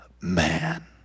man